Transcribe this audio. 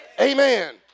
amen